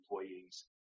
employees